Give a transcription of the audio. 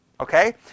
Okay